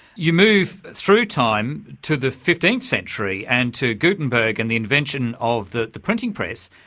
you move through time to the fifteenth century and to guttenberg and the invention of the the printing press,